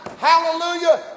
hallelujah